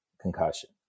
concussion